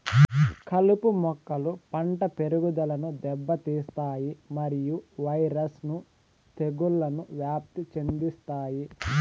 కలుపు మొక్కలు పంట పెరుగుదలను దెబ్బతీస్తాయి మరియు వైరస్ ను తెగుళ్లను వ్యాప్తి చెందిస్తాయి